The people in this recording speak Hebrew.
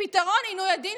פתרון עינוי הדין,